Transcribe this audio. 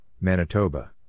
Manitoba